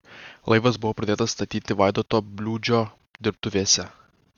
laivas buvo pradėtas statyti vaidoto bliūdžio dirbtuvėse